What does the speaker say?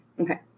Okay